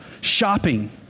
Shopping